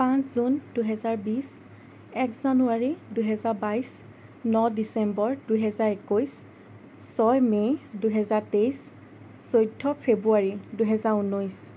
পাঁচ জুন দুহেজাৰ বিছ এক জানুৱাৰী দুহেজাৰ বাইছ ন ডিচেম্বৰ দুহেজাৰ একৈছ ছয় মে' দুহেজাৰ তেইছ চৈধ্য় ফেৱ্ৰুৱাৰী দুহেজাৰ ঊনৈছ